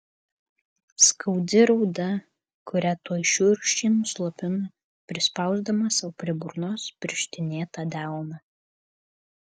skaudi rauda kurią tuoj šiurkščiai nuslopino prispausdamas sau prie burnos pirštinėtą delną